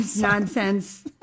nonsense